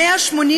לא שומעים.